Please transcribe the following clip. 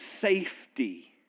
safety